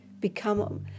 become